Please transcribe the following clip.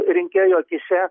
rinkėjų akyse